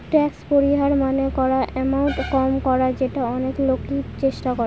tax পরিহার মানে করা এমাউন্ট কম করা যেটা অনেক লোকই চেষ্টা করে